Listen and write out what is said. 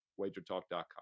WagerTalk.com